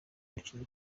umukino